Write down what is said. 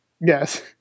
Yes